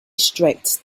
strict